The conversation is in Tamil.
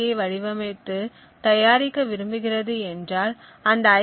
யை வடிவமைத்து தயாரிக்க விரும்புகிறது என்றால் அந்த ஐ